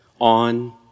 on